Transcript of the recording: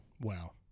Wow